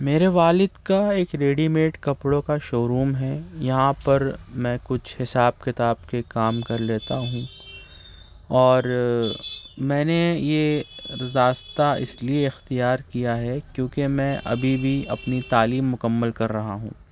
میرے والد کا ایک ریڈیمیٹ کپڑوں کا شو روم ہے یہاں پر میں کچھ حساب کتاب کے کام کر لیتا ہوں اور میں نے یہ راستہ اس لئے اختیار کیا ہے کیونکہ میں ابھی بھی اپنی تعلیم مکمل کر رہا ہوں